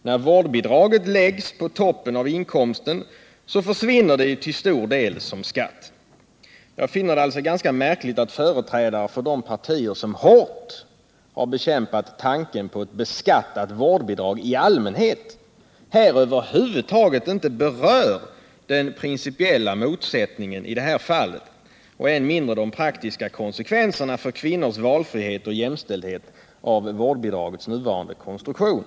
När vårdbidraget läggs på toppen av en inkomst försvinner det ju till stor del som skatt. Jag finner det alltså ganska märkligt att företrädare för de partier som hårt bekämpat tanken på ett beskattat vårdbidrag i allmänhet här inte alls berör den principiella motsättningen och än mindre de praktiska konsekvenserna för kvinnors valfrihet och jämställdhet av vårdbidragets nuvarande konstruktion.